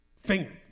finger